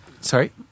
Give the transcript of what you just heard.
Sorry